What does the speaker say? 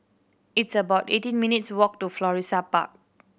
it's about eighteen minutes' walk to Florissa Park